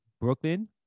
Brooklyn